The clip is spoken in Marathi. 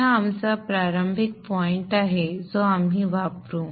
तर हा आमचा प्रारंभिक पॉईंट आहे जो आपण वापरू